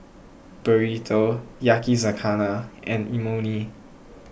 Burrito Yakizakana and Imoni